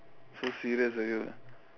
so serious ah you